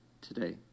today